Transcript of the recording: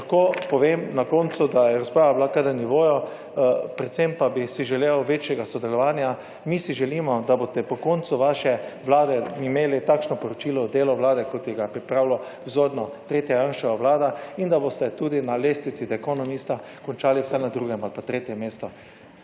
Lahko povem na koncu, da je razprava bila kar na nivoju. Predvsem pa bi si želel večjega sodelovanja. Mi si želimo, da boste po koncu vaše Vlade imeli takšno poročilo o delu Vlade, kot ga je pripravilo vzorno tretja Janševa vlada in da boste tudi na lestvici Economics končali vse na drugem ali tretjem mestu.